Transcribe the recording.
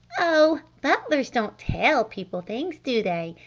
oh! butlers don't tell people things, do they.